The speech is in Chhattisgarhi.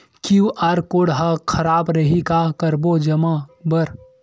क्यू.आर कोड हा खराब रही का करबो जमा बर?